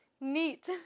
Neat